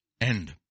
end